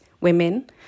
women